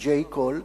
J Call,